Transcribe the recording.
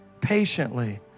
patiently